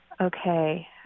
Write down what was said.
Okay